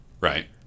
Right